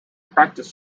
practice